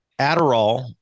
Adderall